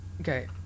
Okay